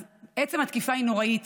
עצם התקיפה היא נוראית,